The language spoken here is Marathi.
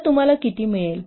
तर तुम्हाला किती मिळेल